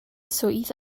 swydd